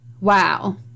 Wow